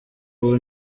ubu